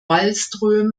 wallström